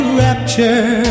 rapture